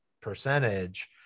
percentage